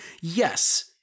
yes